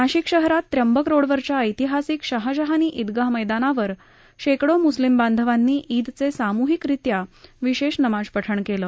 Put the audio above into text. नाशिक शहरात त्र्यंबकरोडवरच्या ऐतिहासिक शहाजहॉनी ईदगाह मप्तानावर शेकडो मुस्लीम बांधवांनी ईदचे सामुहिकरित्या विशेष नमाजपठण केलं